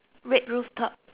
uh